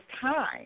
time